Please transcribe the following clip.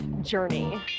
journey